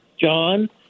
John